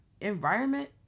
environment